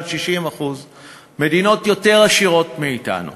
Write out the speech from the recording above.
על 60%; מדינות יותר עשירות מאתנו,